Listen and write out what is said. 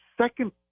second